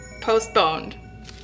Postponed